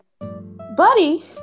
Buddy